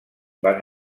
van